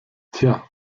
tja